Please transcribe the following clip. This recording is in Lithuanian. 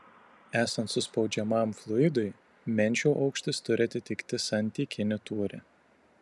esant suspaudžiamam fluidui menčių aukštis turi atitikti santykinį tūrį